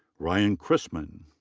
ryan chrisman.